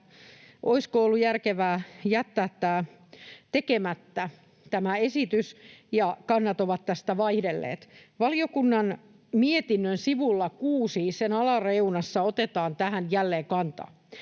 olisiko ollut järkevää jättää tekemättä tämä esitys, ja kannat ovat vaihdelleet. Valiokunnan mietinnön sivulla 6, sen alareunassa, otetaan tähän jälleen kantaa: